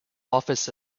office